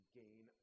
gain